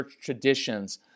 traditions